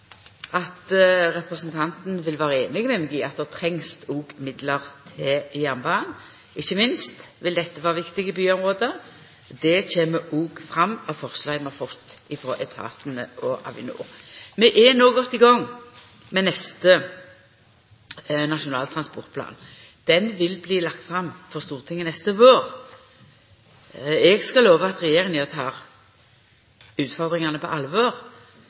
at representanten vil vera einig med meg i at det trengst òg midlar til jernbanen. Ikkje minst vil dette vera viktig i byområda – det kjem òg fram i forslaget vi har fått frå etatane og Avinor. Vi er no godt i gang med neste Nasjonal transportplan. Han vil bli lagd fram for Stortinget neste vår. Eg skal lova at regjeringa tek utfordringane på alvor.